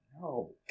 No